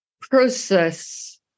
process